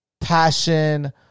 passion